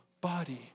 body